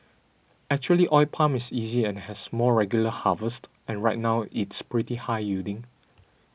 actually oil palm is easy and has more regular harvests and right now it's pretty high yielding